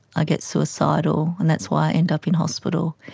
i get suicidal, and that's why i end up in hospital.